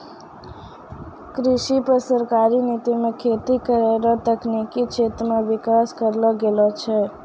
कृषि पर सरकारी नीति मे खेती करै रो तकनिकी क्षेत्र मे विकास करलो गेलो छै